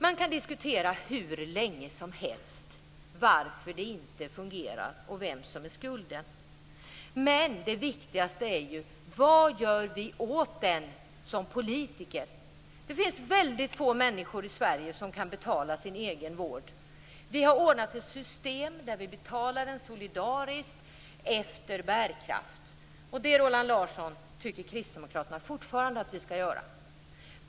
Man kan diskutera hur länge som helst varför det inte fungerar och vems skulden är. Men det viktigaste är ju: Vad gör vi åt detta som politiker? Det finns väldigt få människor i Sverige som kan betala sin egen vård. Vi har ordnat ett system där vi betalar solidariskt efter bärkraft. Det, Roland Larsson, tycker kristdemokraterna fortfarande att vi skall göra.